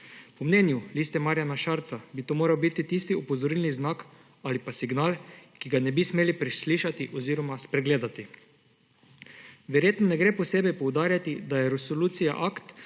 Po mnenju Liste Marjana Šarca bi to moral biti tisti opozorilni znak ali pa signal, ki ga ne bi smeli preslišati oziroma spregledati. Verjetno ne gre posebej poudarjati, da je resolucija akt,